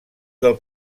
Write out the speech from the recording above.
del